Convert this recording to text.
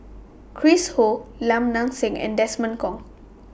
Chris Ho Lim Nang Seng and Desmond Kon